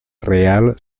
real